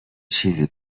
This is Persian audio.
چیزی